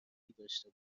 داشته